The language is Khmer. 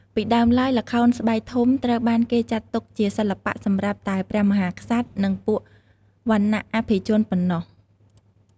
ពីដើមឡើយ ល្ខោនស្បែកធំត្រូវបានគេចាត់ទុកជាសិល្បៈសម្រាប់តែព្រះមហាក្សត្រ និងពួកវណ្ណៈអភិជនប៉ុណ្ណោះ។